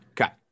Okay